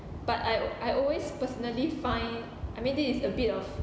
but I I always personally find I mean this is a bit of